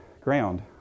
ground